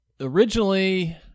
originally